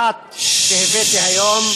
אחת שהבאתי היום,